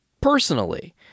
personally